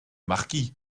marquis